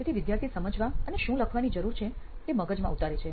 તેથી વિદ્યાર્થી સમજવા અને શું લખવાની જરૂર છે તે મગજમાં ઉતારે છે